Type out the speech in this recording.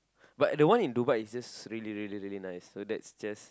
but I don't why in Dubai its just really really really nice so thats just